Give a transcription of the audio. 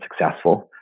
successful